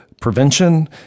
prevention